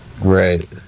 right